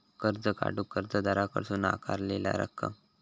कर्ज काढूक कर्जदाराकडसून आकारलेला रक्कम